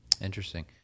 Interesting